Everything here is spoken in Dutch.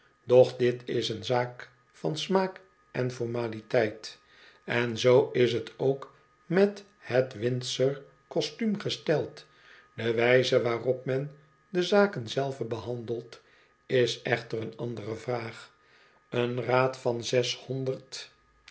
doch dit is een zaak van smaak en formaliteit en zoo is t ook met het windsor kostuum gesteld de wijze waarop men de zaken zelve behandelt is echter een andere vraag een raad van zeshonderd